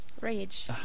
rage